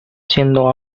siendo